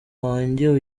wanjye